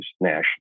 national